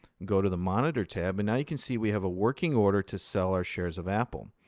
go to the monitor tab, and now you can see we have a working order to sell our shares of apple.